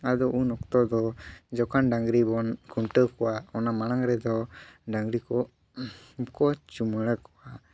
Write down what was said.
ᱟᱫᱚ ᱩᱱ ᱚᱠᱛᱚ ᱫᱚ ᱡᱚᱠᱷᱟᱱ ᱰᱟᱝᱨᱤ ᱵᱚᱱ ᱠᱷᱩᱱᱴᱟᱹᱣ ᱠᱚᱣᱟ ᱚᱱᱟ ᱢᱟᱲᱟᱝ ᱨᱮᱫᱚ ᱰᱟᱹᱝᱨᱤ ᱠᱚ ᱠᱚ ᱪᱩᱢᱟᱹᱲᱟ ᱠᱚᱣᱟ